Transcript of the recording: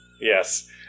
Yes